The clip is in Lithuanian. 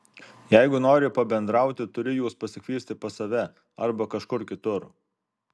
jeigu nori pabendrauti turi juos pasikviesti pas save arba kažkur kitur